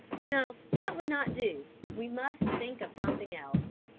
no that would not do we must think of something else.